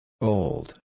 Old